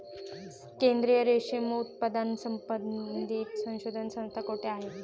केंद्रीय रेशीम उत्पादन संबंधित संशोधन संस्था कोठे आहे?